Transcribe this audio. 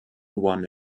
one